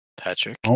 Patrick